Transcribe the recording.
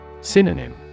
Synonym